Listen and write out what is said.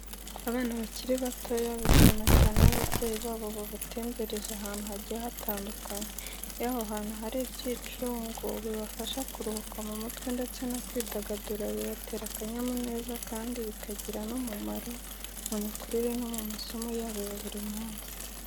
Abana bakiri batoya bishima cyane iyo ababyeyi babo babatembereje ahantu hagiye hatandukanye. Iyo aho hantu hari ibyicungo bibafasha kuruhuka mu mutwe ndetse no kwidagadura, bibatera akanyamuneza kandi bikagira n'umumaro mu mikurire no mu masomo yabo ya buri munsi.